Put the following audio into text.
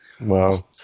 Wow